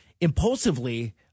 impulsively